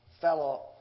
fellow